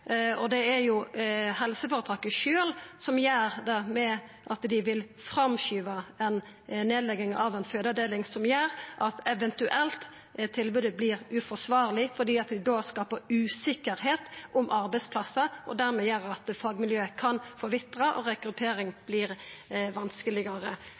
Det er jo helseføretaket sjølv, ved at dei vil framskynda nedlegging av ei fødeavdeling, som gjer at tilbodet eventuelt vert uforsvarleg, fordi det då skaper usikkerheit om arbeidsplassar, og dermed gjer at fagmiljøet kan forvitra og